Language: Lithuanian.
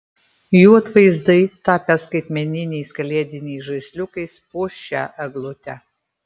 jų atvaizdai tapę skaitmeniniais kalėdiniais žaisliukais puoš šią eglutę